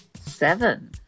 seven